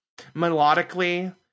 melodically